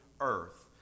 earth